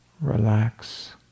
Relax